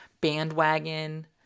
bandwagon